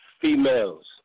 females